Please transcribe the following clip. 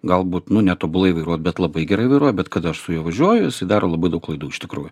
galbūt nu netobulai vairuoti bet labai gerai vairuoja bet kad aš su juo važiuoju jisai daro labai daug klaidų iš tikrųjų